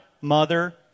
mother